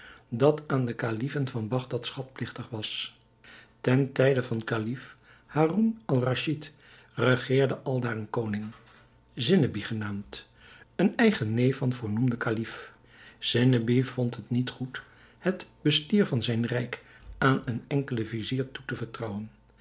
dat aan de kalifen van bagdad schatpligtig was ten tijde van kalif haroun-al-raschid regeerde aldaar een koning zinneby genaamd een eigen neef van voornoemden kalif zinneby vond het niet goed het bestier van zijn rijk aan een enkelen vizier toe te vertrouwen